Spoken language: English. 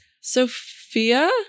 Sophia